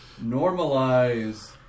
normalize